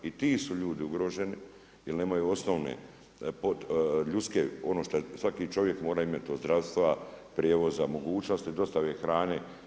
I ti su ljudi ugroženi, jer nemaju ljudske, ono što svaki čovjek mora imat od zdravstva, prijevoza, mogućnosti dostave hrane.